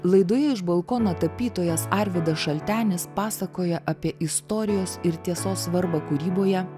laidoje iš balkono tapytojas arvydas šaltenis pasakoja apie istorijos ir tiesos svarbą kūryboje